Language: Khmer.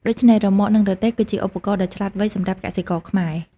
ដូច្នេះ រ៉ឺម៉កនឹងរទេះ គឺជាឧបករណ៍ដ៏ឆ្លាតវៃសម្រាប់កសិករខ្មែរ។